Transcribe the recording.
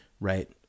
Right